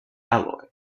alloy